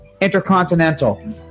Intercontinental